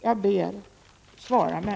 Jag ber: Svara mig!